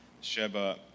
Sheba